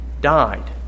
died